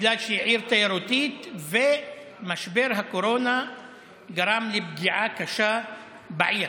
בגלל שהיא עיר תיירותית ומשבר הקורונה גרם לפגיעה קשה בעיר.